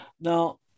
Now